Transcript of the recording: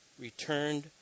returned